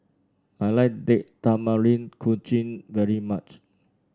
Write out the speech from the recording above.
I like Date Tamarind Chutney very much